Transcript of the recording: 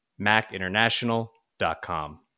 macinternational.com